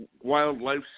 wildlife